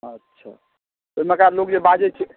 अच्छा तऽ ओहिमेके लोक जे बाजै छै